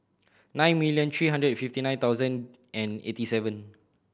nine million three hundred and fifty nine thousand and eighty seven